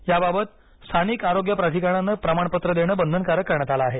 याबाबत स्थानिक आरोग्य प्राधिकरणानं प्रमाणपत्र देणं बंधनकारक करण्यात आलं आहे